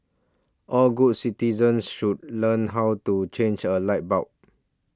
all good citizens should learn how to change a light bulb